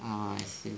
oh I see